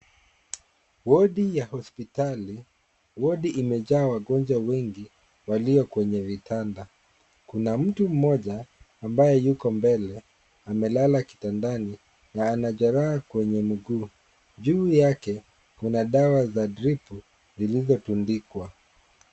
Wodi ya hospitali, wodi imejaa wagonjwa wengi, walio kwenye vitanda. Kuna mtu mmoja, ambaye yuko mbele, amelala kitandani na ana jeraha kwenye mguu. Juu yake, kuna dawa za dripu zilizotundikwa